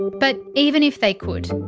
but even if they could,